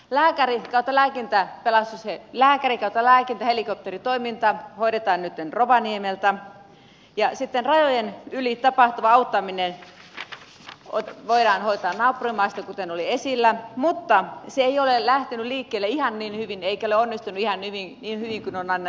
lääkäri ja lääkintähelikopteritoiminta hoidetaan nyt rovaniemeltä ja rajojen yli tapahtuva auttaminen voidaan hoitaa naapurimaista kuten oli esillä mutta se ei ole lähtenyt liikkeelle ihan niin hyvin eikä ole onnistunut ihan niin hyvin kuin on annettu ymmärtää